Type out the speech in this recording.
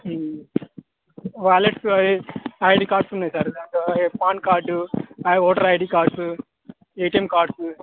వాలెట్లో I D cards ఉన్నాయి sir దాంట్లో PAN card voter I D cards A T M cards